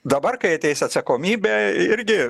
dabar kai ateis atsakomybė irgi